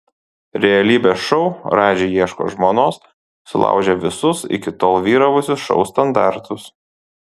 realybės šou radži ieško žmonos sulaužė visus iki tol vyravusius šou standartus